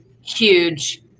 huge